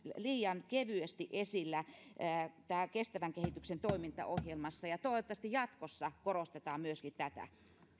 liian kevyesti esillä kestävän kehityksen toimintaohjelmassa toivottavasti jatkossa korostetaan myöskin tätä